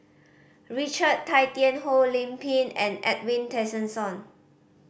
Richard Tay Tian Hoe Lim Pin and Edwin Tessensohn